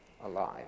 alive